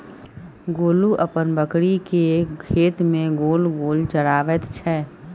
गोलू अपन बकरीकेँ खेत मे गोल गोल चराबैत छै